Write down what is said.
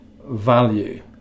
value